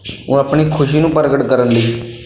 ਉਹ ਆਪਣੀ ਖੁਸ਼ੀ ਨੂੰ ਪ੍ਰਗਟ ਕਰਨ ਲਈ